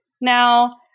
Now